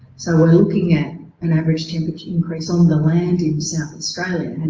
so we're looking at an average temperature increase on the land in south australia,